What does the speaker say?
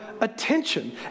attention